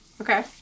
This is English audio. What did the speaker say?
Okay